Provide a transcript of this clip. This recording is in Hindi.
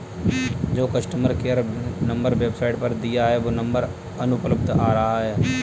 जो कस्टमर केयर नंबर वेबसाईट पर दिया है वो नंबर अनुपलब्ध आ रहा है